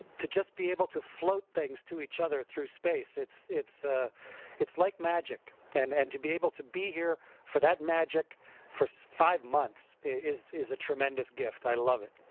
to just be able to float things to each other through space. it's it's ah it's like magic. and and to be able to be here for that magic for five months is is a tremendous gift. i love it.